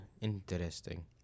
Interesting